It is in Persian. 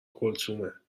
کلثومه